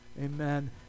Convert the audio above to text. Amen